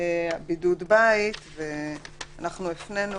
בידוד בית, ואנחנו הפנינו